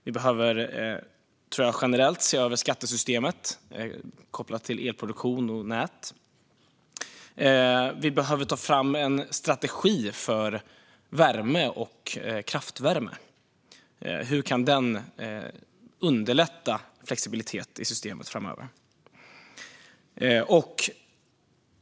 Vi behöver generellt se över skattesystemet kopplat till elproduktion och nät. Vi behöver ta fram en strategi för värme och kraftvärme. Hur kan den underlätta flexibilitet i systemet framöver?